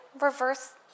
reverse